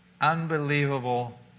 unbelievable